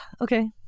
okay